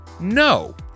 No